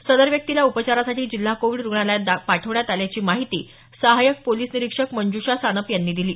सदर व्यक्तीला उपचारासाठी जिल्हा कोविड रुग्णालयात पाठवण्यात आल्याची माहिती सहाय्यक पोलीस निरीक्षक मंजुषा सानप यांनी दिली